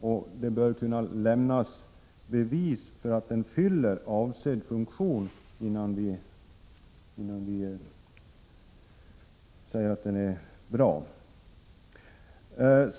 Man bör också kunna lämna bevis för att den fyller avsedd funktion innan vi säger att den är bra.